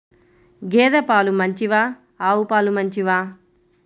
గేద పాలు మంచివా ఆవు పాలు మంచివా?